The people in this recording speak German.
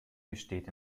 besteht